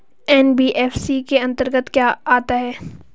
NBFC के अंतर्गत क्या आता है?